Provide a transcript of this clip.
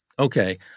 Okay